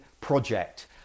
project